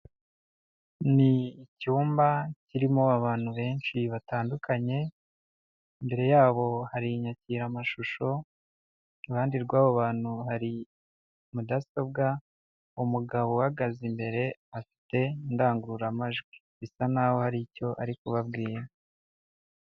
Ni icyumba kirimo abantu benshi batandukanye, imbere yabo hari inyakiramashusho, iruhande rwabo bantu hari mudasobwa. Umugabo uhagaze imbere afite indangururamajwi, bisa naho hari icyo ari kubabwira.